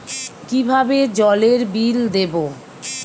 কিভাবে জলের বিল দেবো?